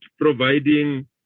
providing